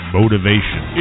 motivation